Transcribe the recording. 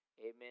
amen